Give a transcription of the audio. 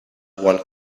one